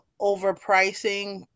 overpricing